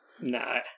No